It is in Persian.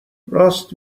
راست